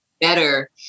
better